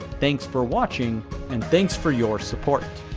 thanks for watching and thanks for your support.